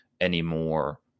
anymore